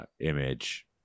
image